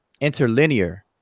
interlinear